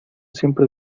siempre